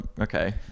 Okay